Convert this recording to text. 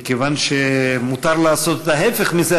מכיוון שמותר לעשות ההפך מזה,